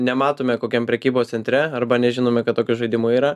nematome kokiam prekybos centre arba nežinome kad tokių žaidimu yra